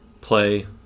play